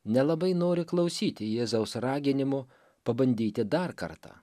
nelabai nori klausyti jėzaus raginimų pabandyti dar kartą